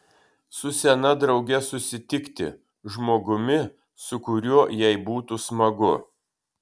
su sena drauge susitikti žmogumi su kuriuo jai būtų smagu